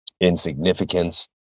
insignificance